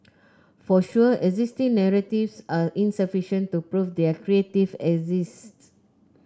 for sure existing narratives are insufficient to prove there creative exists